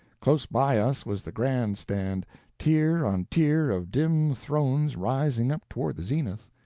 close by us was the grand stand tier on tier of dim thrones rising up toward the zenith.